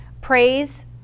praise